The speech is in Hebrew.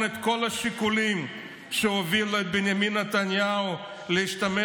את כל השיקולים שהובילו את בנימין נתניהו להשתמש